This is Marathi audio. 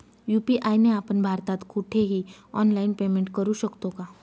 यू.पी.आय ने आपण भारतात कुठेही ऑनलाईन पेमेंट करु शकतो का?